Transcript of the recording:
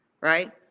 right